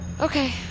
Okay